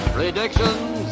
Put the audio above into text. Predictions